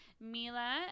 Mila